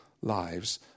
lives